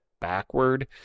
backward